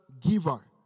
giver